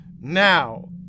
now